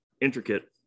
intricate